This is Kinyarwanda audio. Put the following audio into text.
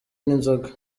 n’inzoga